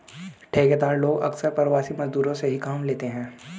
ठेकेदार लोग अक्सर प्रवासी मजदूरों से ही काम लेते हैं